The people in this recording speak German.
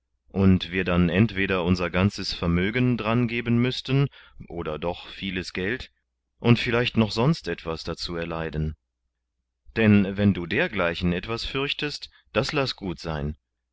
und wir dann entweder unser ganzes vermögen daran geben müßten oder doch vieles geld und vielleicht noch sonst etwas dazu erleiden denn wenn du dergleichen etwas fürchtest das laß gut sein